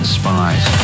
spies